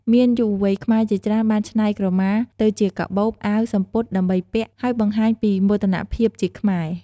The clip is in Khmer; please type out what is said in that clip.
មានយុវវ័យខ្មែរជាច្រើនបានច្នៃក្រមាទៅជាកាបូប អាវ សំពត់ ដើម្បីពាក់ ហើយបង្ហាញពីមោទនភាពជាខ្មែរ។